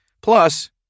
Plus